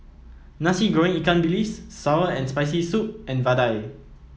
Nasi Goreng Ikan Bilis sour and Spicy Soup and vadai